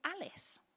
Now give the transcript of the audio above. Alice